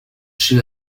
chez